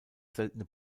seltene